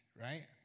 right